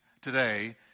today